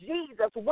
Jesus